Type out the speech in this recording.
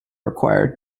require